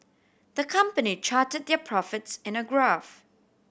the company charted their profits in a graph